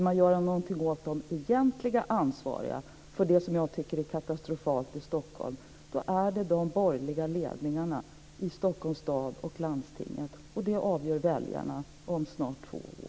Om man vill göra någonting åt dem som egentligen är ansvariga för det som jag tycker är katastrofalt i Stockholms stad och i landstinget, så får man som väljare göra det om snart två år.